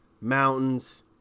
mountains